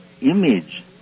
image